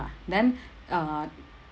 then uh